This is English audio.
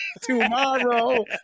Tomorrow